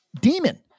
demon